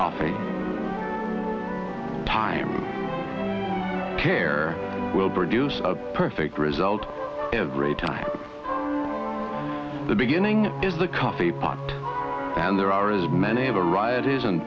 coffee time care will produce a perfect result every time the beginning is the coffee pot and there are as many varieties and